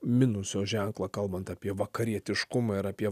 minuso ženklą kalbant apie vakarietiškumą ir apie